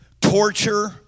torture